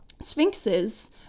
Sphinxes